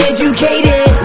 Educated